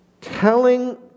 Telling